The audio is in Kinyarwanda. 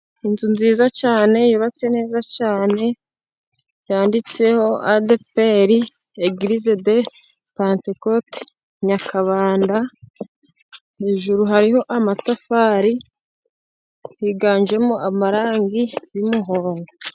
Inzu nziza cyane, yubatse neza cyane, yanditseho Adeperi egirize de pantekote Nyakabanda. Hejuru hariho amatafari, higanjemo amarangi y'umuhondo.